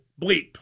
bleep